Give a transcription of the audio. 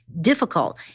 difficult